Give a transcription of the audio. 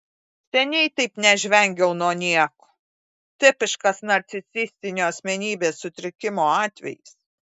seniai taip nežvengiau nuo nieko tipiškas narcisistinio asmenybės sutrikimo atvejis